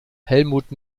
helmut